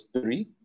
three